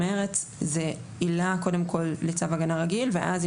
זה עילה קודם כל לצו הגנה רגיל ואז אם